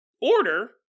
order